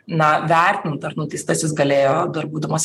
na vertint ar nuteistasis galėjo dar būdamas